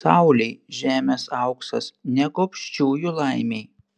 saulei žemės auksas ne gobšiųjų laimei